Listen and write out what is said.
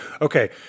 okay